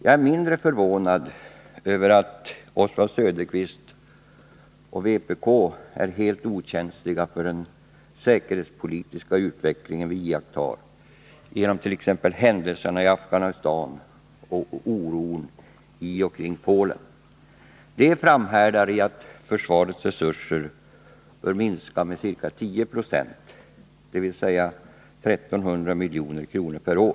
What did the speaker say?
Jag är mindre förvånad över att Oswald Söderqvist och vpk är helt okänsliga för den säkerhetspolitiska utveckling som vi iakttar genom t.ex. händelserna i Afghanistan och oron i och kring Polen. De framhärdar i att försvarets resurser bör minska med ca 1076, dvs. med 1300 milj.kr. per år.